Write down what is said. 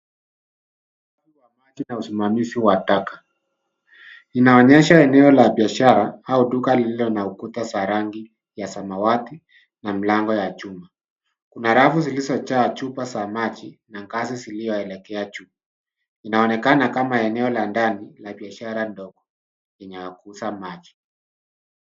Uhifadhi wa maji na usimamizi wa taka. Inaonyesha eneo la biashara au duka lililo na ukuta za rangi ya samawati na mlango ya chuma. Kuna rafu zilizojaa chupa za maji na ngazi zilioelekea juu. Inaonekana kama eneo la ndani la biashara ndogo yenye ya kuuza maji.